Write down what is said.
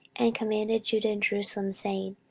and commanded judah and jerusalem, saying,